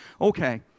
okay